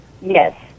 Yes